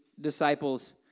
disciples